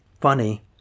Funny